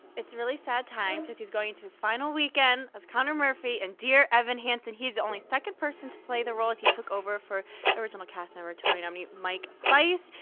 it's a really sad time cause he's going to his final weekend as connor murphy in and dear evan hansen. he's the only second person to play the role, as he took over for original cast member, tony nominee, mike fiast.